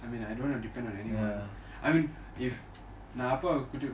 I mean I don't wanna depend on anyone I mean if நான் அப்பா கூட்டிட்டு:naan appa kutitu